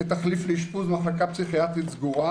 כתחליף לאשפוז במחלקה פסיכיאטרית סגורה,